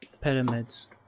Pyramids